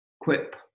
quip